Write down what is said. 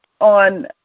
on